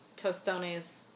Tostones